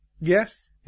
Yes